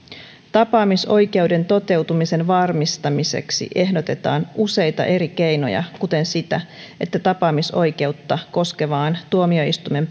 tapaamisoikeuden toteutumisen varmistamiseksi ehdotetaan useita eri keinoja kuten sitä että tapaamisoikeutta koskevaan tuomioistuimen